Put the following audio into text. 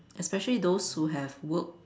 especially those who have worked